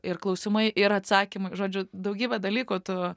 ir klausimai ir atsakymai žodžiu daugybę dalykų tu